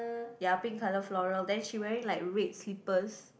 ya pink colour floral then she wearing like red slippers